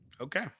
Okay